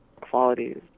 qualities